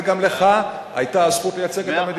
וגם לך היתה הזכות לייצג את המדינה.